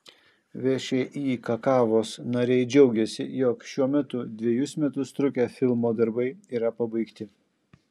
všį kakavos nariai džiaugiasi jog šiuo metu dvejus metus trukę filmo darbai yra pabaigti